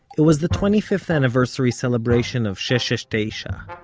it was the twenty fifth anniversary celebration of shesh shesh tesha,